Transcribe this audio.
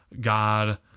God